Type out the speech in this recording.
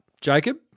Jacob